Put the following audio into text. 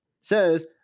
says